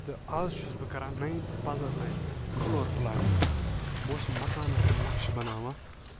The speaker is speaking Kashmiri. تہٕ آز چھُس بہٕ کَران نایِنتھٕ پَتہٕ لٲجۍ مےٚ فلور پلانِنٛگ کَرٕنۍ بہٕ اوسُس مَکانَن ہٕنٛدۍ نَقشہٕ بَناوان